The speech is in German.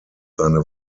seine